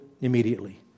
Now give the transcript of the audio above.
immediately